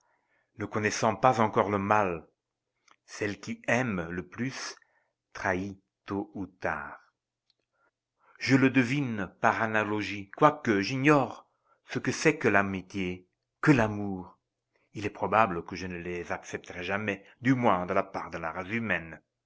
ne connaissant pas encore le mal celle qui aime le plus trahit tôt ou tard je le devine par analogie quoique j'ignore ce que c'est que l'amitié que l'amour